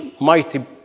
mighty